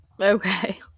Okay